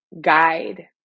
guide